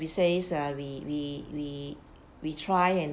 we says ah we we we we try and